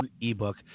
ebook